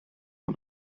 nhw